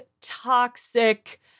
toxic